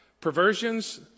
perversions